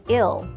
ill